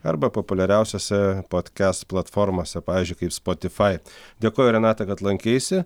arba populiariausiose podcast platformose pavyzdžiui kaip spotify dėkoju renata kad lankeisi